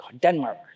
Denmark